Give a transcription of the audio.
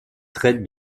traite